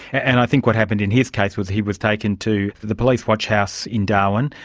and i think what happened in his case was he was taken to the police watch-house in darwin.